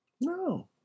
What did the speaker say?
No